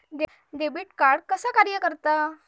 Debit card कसा कार्य करता?